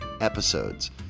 episodes